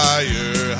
Higher